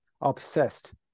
obsessed